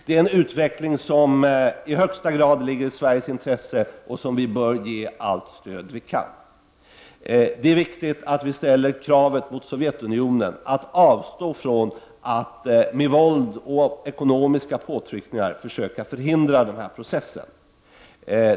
Det är en utveckling som i högsta grad ligger i Sveriges intresse och som vi bör ge allt stöd vi kan. Det är viktigt att vi ställer kravet att Sovjetunionen avstår från att med våld och ekonomiska påtryckningar försöka förhindra den här processen.